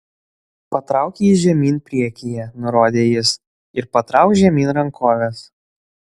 patrauk jį žemyn priekyje nurodė jis ir patrauk žemyn rankoves